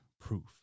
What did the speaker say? proof